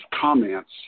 comments